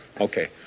Okay